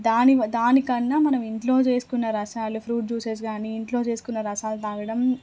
దాని వ దానికన్నా మనం ఇంట్లో చేసుకున్న రసాయలు ఫ్రూట్ జ్యూసెస్ కానీ ఇంట్లో జేసుకున్న రసాయనాలు తాగడం